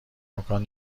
امکان